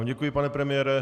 Děkuji vám, pane premiére.